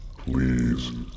Please